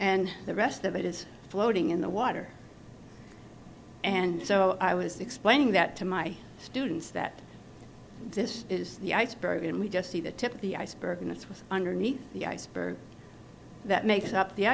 and the rest of it is floating in the water and so i was explaining that to my students that this is the iceberg and we just see the tip of the iceberg and it's was underneath the iceberg that makes up the